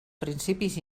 principis